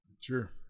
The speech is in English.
sure